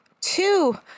two